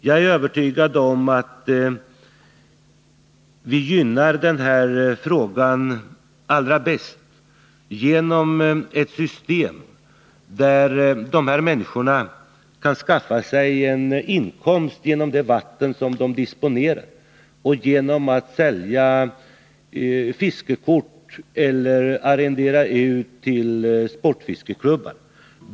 Jag är övertygad om att vi gynnar den här frågan allra bäst genom ett system där dessa människor kan skaffa sig inkomst genom de vatten som de disponerar och genom försäljning av fiskekort eller utarrendering till sportfiskeklubbar.